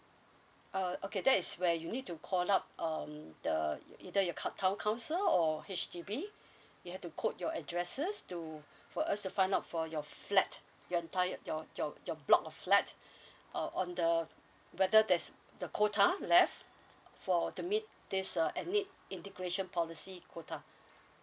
uh okay that is where you need to call up um the ei~ either your cou~ town council or H_D_B you have to quote your addresses to for us to find out for your flat your entire your your your block of flat uh on the whether that's the quota left for to meet this uh at need integration policy quota